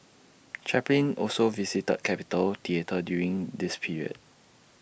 Chaplin also visited capitol theatre during this period